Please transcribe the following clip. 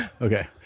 Okay